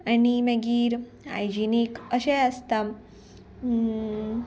आनी मागीर हायजिनीक अशेंय आसता